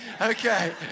Okay